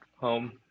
Home